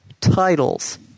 titles